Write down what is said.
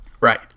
Right